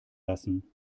lassen